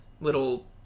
little